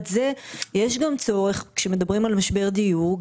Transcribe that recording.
זה יש גם צורך כאשר מדברים על משבר דיור ,